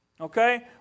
Okay